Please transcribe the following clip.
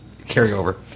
carryover